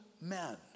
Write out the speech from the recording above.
men